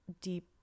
deep